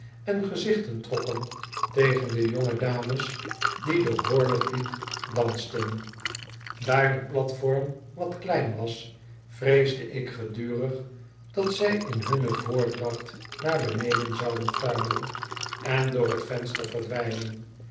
en gezichten trokken tegen de jonge dames die de horlepijp dansten daar de platform wat klein was vreesde ik gedurig dat zij in hunne voordracht naar beneden zouden tuimelen en door t venster verdwijnen